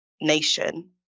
nation